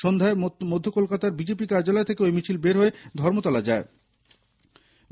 সন্ধ্যায় মধ্য কলকাতার বিজেপি কার্যালয় থেকে ঐ মিছিল বের হয়ে ধর্মতলা পর্যন্ত যায়